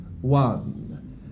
one